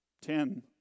Ten